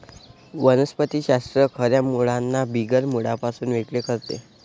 वनस्पति शास्त्र खऱ्या मुळांना बिगर मुळांपासून वेगळे करते